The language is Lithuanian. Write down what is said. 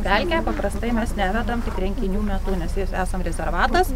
pelkę paprastai mes nevedam tik renkinių metu nes esam rezervatas